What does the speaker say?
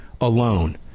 alone